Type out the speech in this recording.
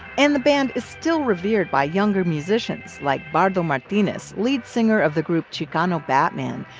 and the band is still revered by younger musicians like bardo martinez, lead singer of the group chicano batman.